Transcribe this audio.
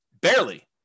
barely